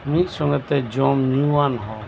ᱢᱤᱫ ᱥᱚᱸᱜᱮ ᱛᱮ ᱡᱚᱢ ᱧᱩᱭᱟᱱ ᱦᱚᱲ